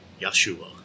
yeshua